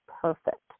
perfect